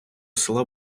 села